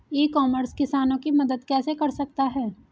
ई commerce किसानों की मदद कैसे कर सकता है?